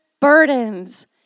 burdens